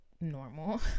normal